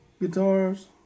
guitars